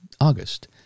August